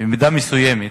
ובמידה מסוימת